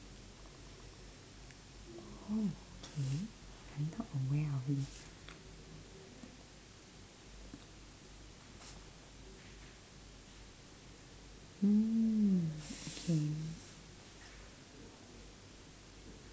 oh okay I'm not aware of this